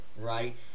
right